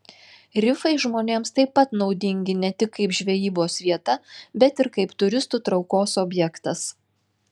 rifai žmonėms taip pat naudingi ne tik kaip žvejybos vieta bet ir kaip turistų traukos objektas